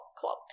Cool